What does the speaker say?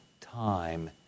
time